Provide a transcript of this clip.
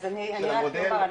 אז אני רק רוצה לומר,